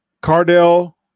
Cardell